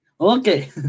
Okay